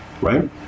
right